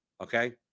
Okay